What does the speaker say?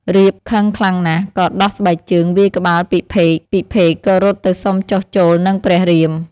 រាពណ៌ខឹងខ្លាំងណាស់ ក៏ដោះស្បែកជើងវាយក្បាលពិភេក ពិភេកក៏រត់ទៅសុំចុះចូលនឹងព្រះរាម។